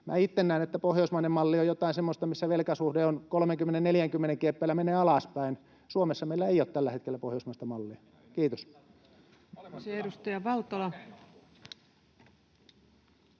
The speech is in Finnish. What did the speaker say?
itse näen, että pohjoismainen malli on jotain semmoista, missä velkasuhde on 30—40:n kieppeillä ja menee alaspäin. Suomessa meillä ei ole tällä hetkellä pohjoismaista mallia. — Kiitos.